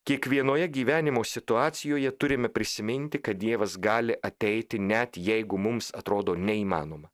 kiekvienoje gyvenimo situacijoje turime prisiminti kad dievas gali ateiti net jeigu mums atrodo neįmanoma